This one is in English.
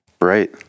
Right